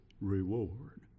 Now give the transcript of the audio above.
reward